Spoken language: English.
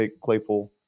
Claypool –